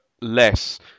less